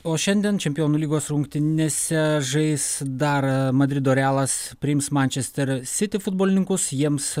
o šiandien čempionų lygos rungtynėse žais dar madrido realas priims mančesterio city futbolininkus jiems